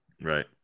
Right